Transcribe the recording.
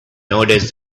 noticed